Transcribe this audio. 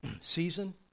season